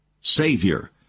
savior